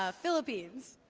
ah philippines!